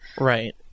Right